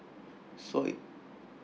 so it